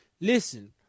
Listen